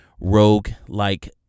rogue-like